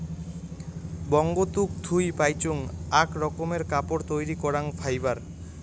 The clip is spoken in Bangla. বঙ্গতুক থুই পাইচুঙ আক রকমের কাপড় তৈরী করাং ফাইবার